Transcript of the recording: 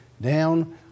down